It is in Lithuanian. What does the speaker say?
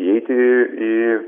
įeiti į